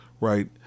right